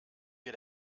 wir